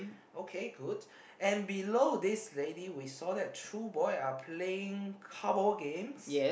okay good and below this lady we saw that two boy are playing cardboard games